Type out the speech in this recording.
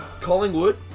Collingwood